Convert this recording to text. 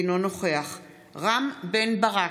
אינו נוכח רם בן ברק,